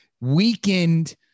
weakened